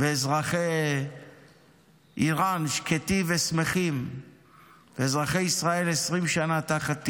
ואזרחי איראן שקטים ושמחים ואזרחי ישראל 20 שנה תחת טילים.